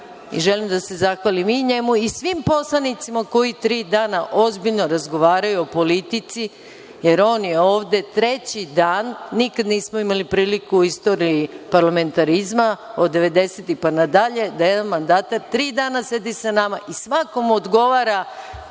i želim da se zahvalim i njemu i svim poslanicima koji tri dana ozbiljno razgovaraju o politici, jer on je ovde treći dan. Nikad nismo imali priliku u istoriji parlamentarizma od devedesetih pa na dalje da jedan mandatar tri dana sedi sa nama i svakom odgovara